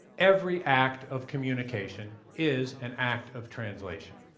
every act of communication is an act of translation.